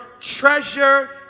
treasure